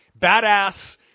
Badass